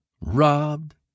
robbed